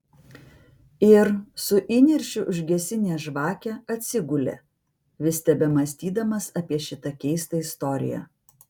ir su įniršiu užgesinęs žvakę atsigulė vis tebemąstydamas apie šitą keistą istoriją